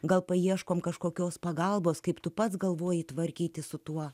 gal paieškom kažkokios pagalbos kaip tu pats galvoji tvarkytis su tuo